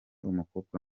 umukobwa